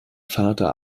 vater